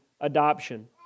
adoption